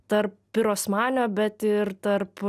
tarp pirosmanio bet ir tarp